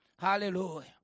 Hallelujah